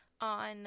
On